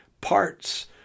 parts